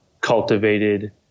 cultivated